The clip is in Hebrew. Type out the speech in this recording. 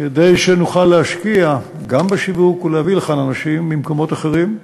כדי שנוכל להשקיע גם בשיווק ולהביא לכאן אנשים ממקומות אחרים.